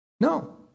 No